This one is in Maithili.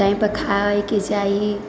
टाइमपर खाइके चाही